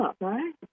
right